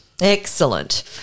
Excellent